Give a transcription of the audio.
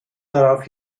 darauf